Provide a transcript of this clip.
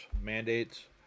mandates